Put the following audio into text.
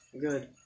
Good